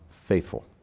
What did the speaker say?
faithful